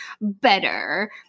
better